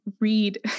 read